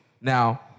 Now